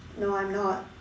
no I'm not